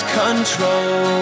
control